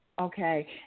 okay